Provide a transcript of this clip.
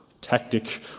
tactic